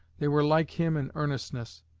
they were like him in earnestness,